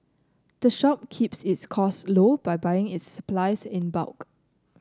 the shop keeps its cost low by buying its supplies in bulk